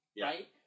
Right